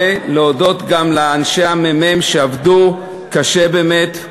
ולהודות גם לאנשי הממ"מ שעבדו קשה באמת,